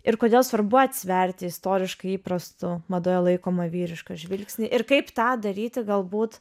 ir kodėl svarbu atsverti istoriškai įprastu madoje laikomą vyrišką žvilgsnį ir kaip tą daryti galbūt